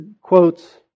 quotes